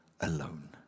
alone